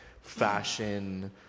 fashion